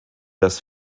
das